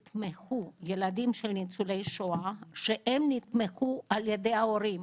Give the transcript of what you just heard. ילדים של ניצולי שואה, שהם נתמכו על ידי ההורים,